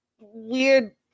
weird